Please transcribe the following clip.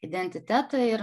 identitetą ir